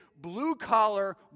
blue-collar